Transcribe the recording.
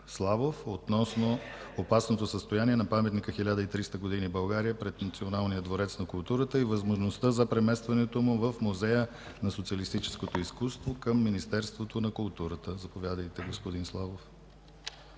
Славов относно опасното състояние на Паметника 1300 г. България пред Националния дворец на културата и възможността за преместването му в Музея на социалистическото изкуство към Министерството на културата. Заповядайте, господин Славов.